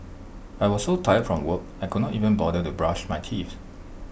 I was so tired from work I could not even bother to brush my teeth